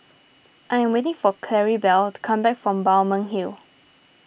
I am waiting for Claribel to come back from Balmeg Hill